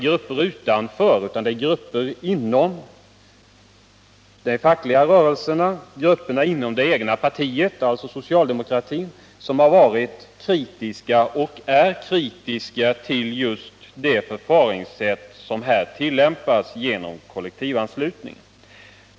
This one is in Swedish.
Även grupper inom de fackliga rörelserna och inom det socialdemokratiska partiet har varit och är kritiska mot förfaringssättet att tillämpa kollektivanslutning.